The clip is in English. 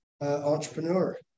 entrepreneur